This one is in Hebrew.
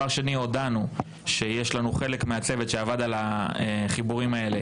הודענו שיש לנו חלק מהצוות שעבר על החיבורים האלה